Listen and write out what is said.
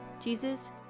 Jesus